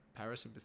parasympathetic